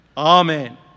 Amen